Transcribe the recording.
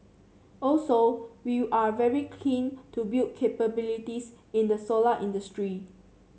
also we are very keen to build capabilities in the solar industry